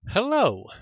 Hello